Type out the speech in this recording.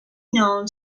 known